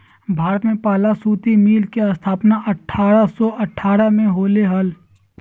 भारत में पहला सूती मिल के स्थापना अठारह सौ अठारह में होले हल